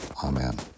Amen